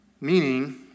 Meaning